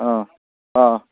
ꯑꯥ ꯑꯥ